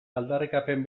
aldarrikapen